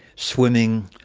swimming,